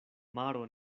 maro